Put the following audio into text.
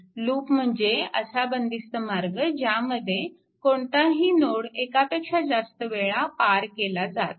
loop म्हणजे असा बंदिस्त मार्ग ज्यामध्ये कोणताही नोड एकापेक्षा जास्त वेळा पार केला जात नाही